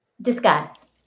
Discuss